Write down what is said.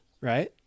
right